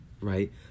right